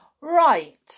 right